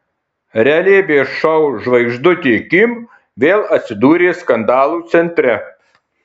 realybės šou žvaigždutė kim vėl atsidūrė skandalų centre